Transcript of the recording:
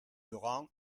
laurent